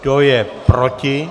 Kdo je proti?